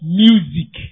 music